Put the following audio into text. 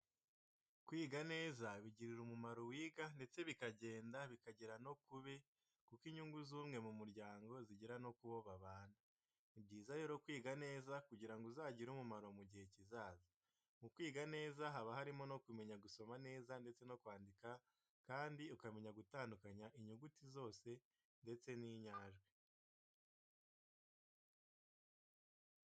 Kwiga neza bigirira umumaro uwiga ndetse bikagenda bikagera no kube, kuko inyungu z'umwe mu muryango zigera no kubo babana. Ni byiza rero kwiga neza kugira ngo uzagire umumaro mu gihe kizaza. Mu kwiga neza haba harimo no kumenya gusoma neza ndetse no kwandika kandi ukamenya gutandukanya inyuguti zose ndetse n'inyajwi.